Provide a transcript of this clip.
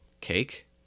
Cake